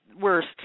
worst